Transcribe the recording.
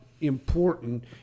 important